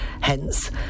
Hence